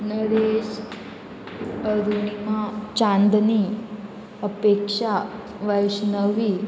Naresh Arunima Chandni Apeksha Vaishnavi